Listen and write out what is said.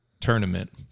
tournament